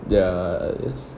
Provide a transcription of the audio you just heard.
ya it's